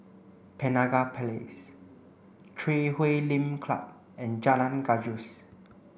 Penaga Place Chui Huay Lim Club and Jalan Gajus